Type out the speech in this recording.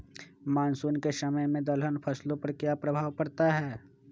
Monsoon के समय में दलहन फसलो पर क्या प्रभाव पड़ता हैँ?